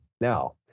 Now